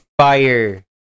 fire